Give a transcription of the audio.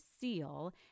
seal